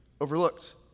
overlooked